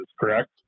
correct